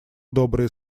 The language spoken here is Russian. добрые